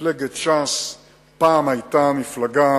מפלגת ש"ס פעם היתה מפלגה